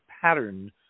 pattern